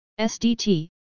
SDT